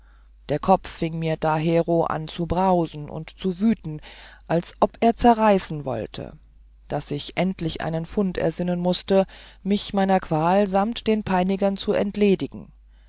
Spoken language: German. der kopf fieng mir dahero an zu brausen und zu wüten als ob er zerreißen wollte daß ich endlich einen fund ersinnen mußte mich meiner qual samt den peinigern zu entledigen